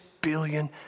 billion